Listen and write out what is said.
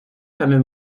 fameux